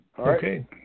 Okay